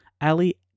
Ali